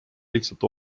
lihtsalt